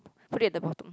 put it at the bottom